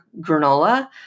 granola